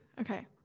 Okay